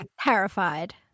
terrified